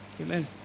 Amen